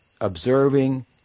observing